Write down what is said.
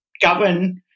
govern